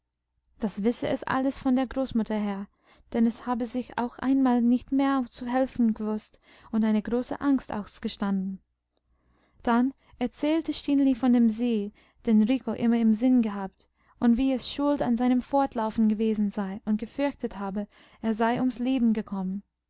das wisse es alles von der großmutter her denn es habe sich auch einmal nicht mehr zu helfen gewußt und eine große angst ausgestanden dann erzählte stineli von dem see den rico immer im sinn gehabt und wie es schuld an seinem fortlaufen gewesen sei und gefürchtet habe er sei ums leben gekommen